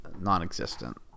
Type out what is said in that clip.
non-existent